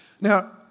Now